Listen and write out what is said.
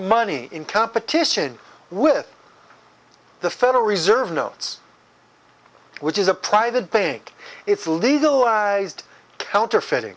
money in competition with the federal reserve notes which is a private bank it's legalized counterfeiting